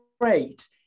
great